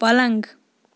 پَلنٛگ